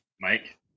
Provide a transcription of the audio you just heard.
Mike